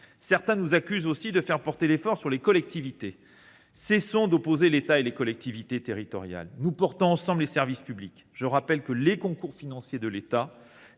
Certains nous accusent aussi de faire porter l’effort sur les collectivités. Cessons d’opposer l’État et les collectivités territoriales ! Nous portons ensemble les services publics. Je rappelle que les concours financiers de l’État